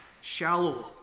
shallow